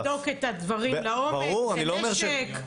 צריך לבדוק את הדברים לעומק, זה נשק,